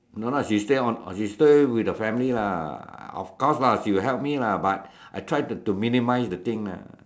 no lah she stay on she stay with the family lah of course lah she got help me lah but I try to minimize the thing ah